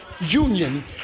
union